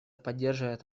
поддерживает